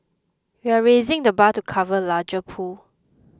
we are raising the bar to cover a larger pool